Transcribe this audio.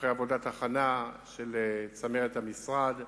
אחרי עבודת הכנה של צמרת המשרד,